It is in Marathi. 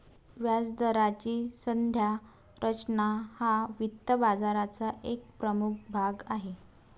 व्याजदराची संज्ञा रचना हा वित्त बाजाराचा एक प्रमुख भाग आहे